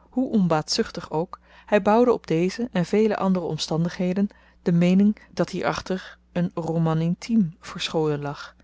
hoe onbaatzuchtig ook hy bouwde op deze en vele andere omstandigheden de meening dat hierachter een roman intime verscholen lag